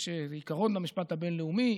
יש איזה עיקרון במשפט הבין-לאומי,